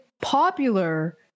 popular